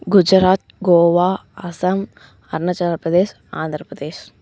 Gujarat Goa Assam Arunachal Pradesh Andhra Pradesh